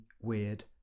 weird